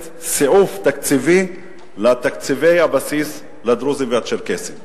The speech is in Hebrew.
סיעוף תקציבי לתקציבי הבסיס לדרוזים ולצ'רקסים.